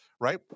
right